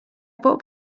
bought